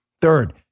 Third